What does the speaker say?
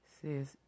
says